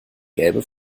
gelbe